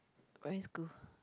primary school